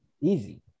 easy